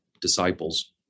disciples